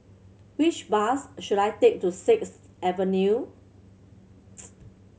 which bus should I take to Sixth Avenue